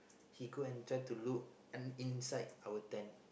he go and try to look in inside our tent